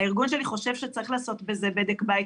הארגון שלי חושב שצריך לעשות בזה בדק בית